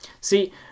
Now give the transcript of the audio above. See